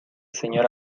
señor